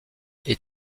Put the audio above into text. est